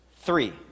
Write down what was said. Three